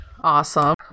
Awesome